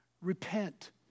Repent